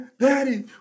daddy